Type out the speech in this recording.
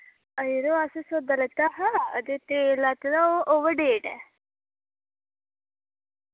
ओ यरो अस सौदा लेता हा ते तैल लैते दा ओह् ओवर डेट ऐ